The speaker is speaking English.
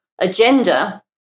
agenda